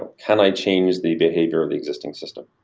can i change the behavior of the existing system?